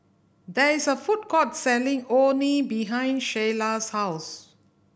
there is a food court selling Orh Nee behind Shayla's house